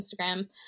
Instagram